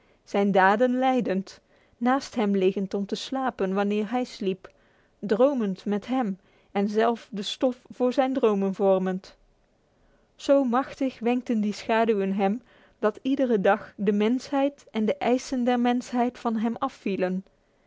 zijn daden leidend naast hem liggend om te slapen wanneer hij sliep dromend met hem en zelf de stof voor zijn dromen vormend zo machtig wenkten die schaduwen hem dat iedere dag de mensheid en de eisen der mensheid van hem afvielen